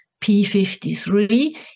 p53